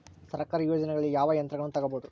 ಸರ್ಕಾರಿ ಯೋಜನೆಗಳಲ್ಲಿ ಯಾವ ಯಂತ್ರಗಳನ್ನ ತಗಬಹುದು?